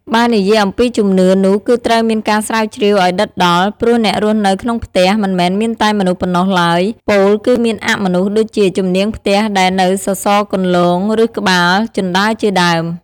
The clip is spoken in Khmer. បើនិយាយអំពីជំនឿនោះ គឺត្រូវមានការស្រាវជ្រាវឲ្យដិតដល់ ព្រោះអ្នករស់នៅក្នុងផ្ទះ មិនមែនមានតែមនុស្សប៉ុណ្ណោះឡើយ ពោលគឺមានអមនុស្ស ដូចជាច្នាងផ្ទះដែលនៅសសរកន្លោង ឬក្បាល ជណ្តើរជាដើម។